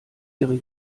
ihre